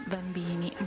Bambini